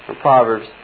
Proverbs